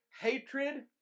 hatred